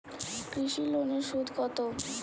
কৃষি লোনের সুদ কত?